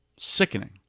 Sickening